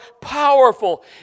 powerful